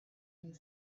and